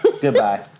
Goodbye